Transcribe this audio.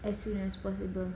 as soon as possible